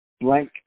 blank